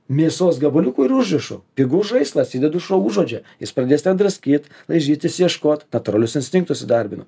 mėsos gabaliukų ir užrišu pigus žaislas įdedu šou užuodžia jis pradės ten draskyt laižytis ieškot natūralius instinktus įdarbinu